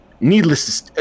needless